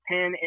Ten